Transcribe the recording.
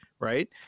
Right